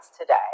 today